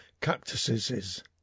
cactuses